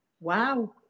wow